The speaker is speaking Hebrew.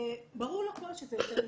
ברור לכול שזה יותר מדי.